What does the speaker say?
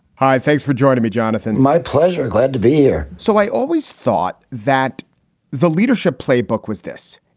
hi. thanks for joining me, jonathan my pleasure. glad to be here so i always thought that the leadership playbook was this.